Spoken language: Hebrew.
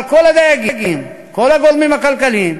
אבל כל הדייגים, כל הגורמים הכלכליים